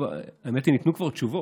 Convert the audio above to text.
ניתנו כבר תשובות.